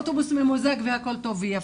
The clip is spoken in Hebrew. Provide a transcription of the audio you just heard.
אוטובוס ממוזג והכול טוב ויפה.